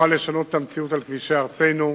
שתוכל לשנות את המציאות על כבישי ארצנו.